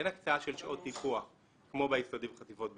אין הקצאה של שעות טיפוח כמו ביסודי ובחטיבות ביניים,